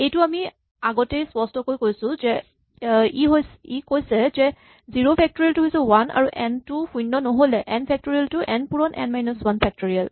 এইটো আমি আগতেই স্পষ্টকৈ কৈছো ই কৈছে যে জিৰ' ফেক্টৰিয়েল টো হৈছে ৱান আৰু এন টো শূণ্য নহ'লে এন ফেক্টৰিয়েল টো এন পূৰণ এন মাইনাচ ৱান ফেক্টৰিয়েল